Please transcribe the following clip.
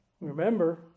remember